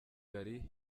ghali